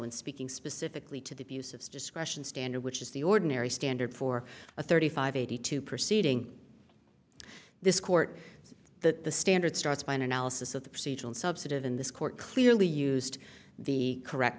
in speaking specifically to the abuse of discretion standard which is the ordinary standard for a thirty five eighty two proceeding this court that the standard starts by an analysis of the procedural subset of in this court clearly used the correct